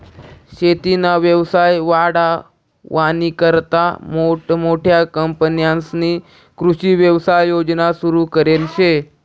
शेतीना व्यवसाय वाढावानीकरता मोठमोठ्या कंपन्यांस्नी कृषी व्यवसाय योजना सुरु करेल शे